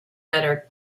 better